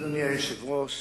אדוני היושב-ראש,